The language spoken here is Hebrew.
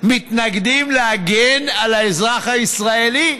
מתנגדים להגן על האזרח הישראלי?